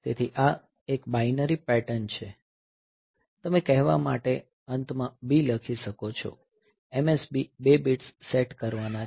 તેથી આ એક બાઇનરી પેટર્ન છે તમે તે કહેવા માટે અંતમાં B લખી શકો છો MSB 2 બિટ્સ સેટ કરવાના છે